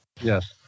Yes